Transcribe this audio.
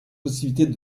possibilités